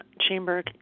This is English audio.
Chamber